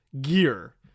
gear